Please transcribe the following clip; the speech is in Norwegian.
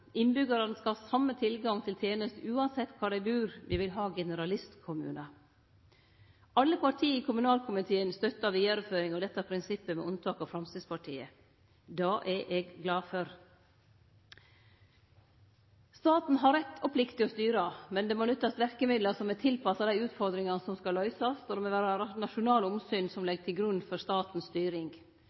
Innbyggjarane skal ha same tilgang til tenester uansett kvar dei bur – me vil ha generalistkommunar. Alle parti i kommunalkomiteen, med unntak av Framstegspartiet, støttar vidareføring av dette prinsippet. Det er eg glad for. Staten har rett og plikt til å styre, men det må nyttast verkemiddel som er tilpassa dei utfordringane som skal løysast, og det må vere nasjonale omsyn som ligg til grunn for statens styring.